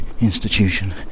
Institution